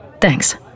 Thanks